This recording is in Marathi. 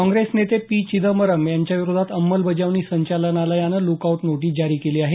काँग्रेस नेते पी चिदंबरम यांच्याविरोधात अंमलबजावणी संचालनालयानं लूकआऊट नोटीस जारी केली आहे